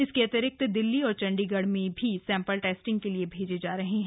इसके अतिरिक्त दिल्ली और चंडीगढ़ में भी सैम्पल टेस्टिंग के लिए भेजे जा रहे हैं